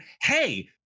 hey